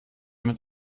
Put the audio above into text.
mit